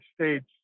States